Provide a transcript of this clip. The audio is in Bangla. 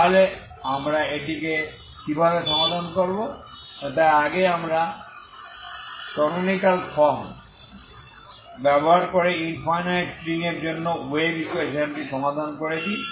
তাহলে আমরা এটি কিভাবে সমাধান করব তাই আগে আমরা ক্যানোনিকাল ফর্ম ব্যবহার করে ইনফাইনাইট স্ট্রিংয়ের জন্য ওয়েভ ইকুয়েশনটি সমাধান করেছি